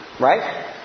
Right